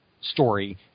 story